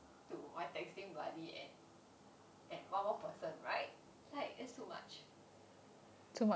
to my texting buddy and and one more person right like that's too much